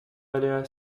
valeria